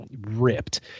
ripped